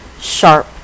sharp